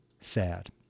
sad